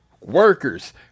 workers